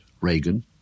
Reagan